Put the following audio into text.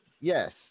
Yes